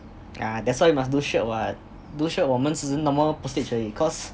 yeah that's why you must do shirt what do shirt 我们只是 normal postage 而已 cause